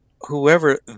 whoever